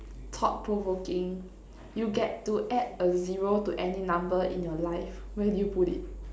thought provoking you get to add a zero to any number in your life where do you put it